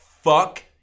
fuck